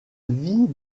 vit